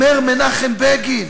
אומר מנחם בגין: